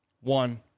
One